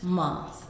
month